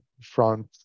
front